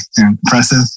impressive